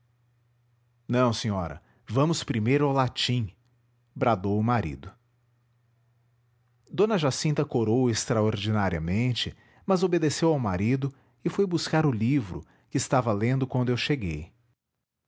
não senhora vamos primeiro ao latim bradou o marido d jacinta corou extraordinariamente mas obedeceu ao marido e foi buscar o livro que estava lendo quando eu cheguei